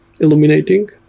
illuminating